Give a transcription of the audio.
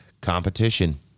Competition